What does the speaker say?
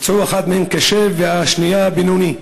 נפצעו, אחת מהן קשה והשנייה בינוני.